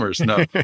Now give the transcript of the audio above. no